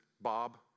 Bob